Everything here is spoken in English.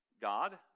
God